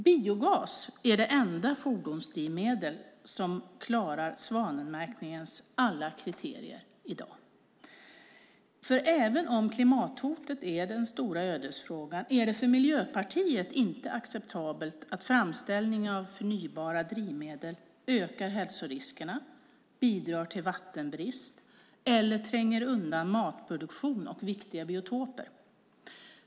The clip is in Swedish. Biogas är det enda fordonsdrivmedel som har klarat svanmärkningens alla kriterier i dag. Även om klimathotet är den stora ödesfrågan är det för Miljöpartiet inte acceptabelt att framställningen av förnybara drivmedel ökar hälsoriskerna, bidrar till vattenbrist eller tränger undan matproduktion och viktiga biotoper.